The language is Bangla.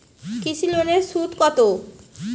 কৃষি লোনের সুদ কত?